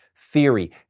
theory